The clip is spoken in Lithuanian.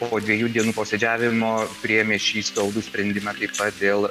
po dviejų dienų posėdžiavimo priėmė šį skaudų sprendimą taip pat dėl